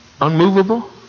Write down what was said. Unmovable